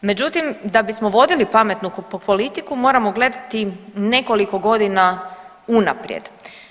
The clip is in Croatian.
Međutim da bismo vodili pametnu politiku moramo gledati nekoliko godina unaprijed.